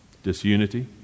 Disunity